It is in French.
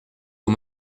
aux